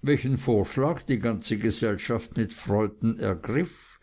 welchen vorschlag die ganze gesellschaft mit freuden ergriff